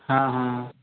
हाँ हाँ